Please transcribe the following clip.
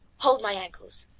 hold my ankles.